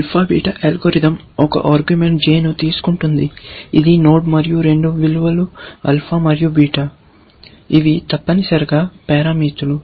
alpha beta algorithm ఒక argument j ను తీసుకుంటుంది ఇది నోడ్ మరియు రెండు విలువలు ఆల్ఫా మరియు బీటా ఇవి తప్పనిసరిగా పారామితులు